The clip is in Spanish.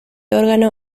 órgano